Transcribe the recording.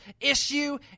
issue